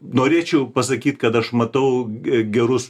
norėčiau pasakyt kad aš matau gerus